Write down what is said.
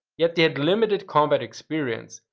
yet, they had limited combat experience,